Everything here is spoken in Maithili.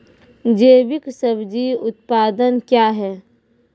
जैविक सब्जी उत्पादन क्या हैं?